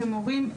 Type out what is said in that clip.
כמורים,